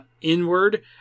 inward